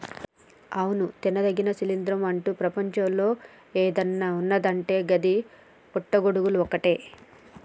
అవును తినదగిన శిలీంద్రం అంటు ప్రపంచంలో ఏదన్న ఉన్నదంటే గది పుట్టి గొడుగులు ఒక్కటే